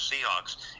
Seahawks